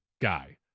guy